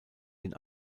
den